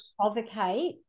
provocate